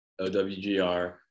OWGR